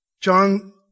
John